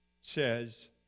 says